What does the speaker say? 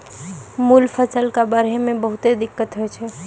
मूल फसल कॅ बढ़ै मॅ बहुत दिक्कत होय छै